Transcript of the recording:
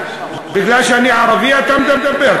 בגלל שאני ערבי אתה מדבר?